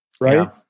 Right